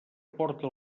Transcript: porta